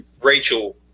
Rachel